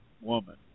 woman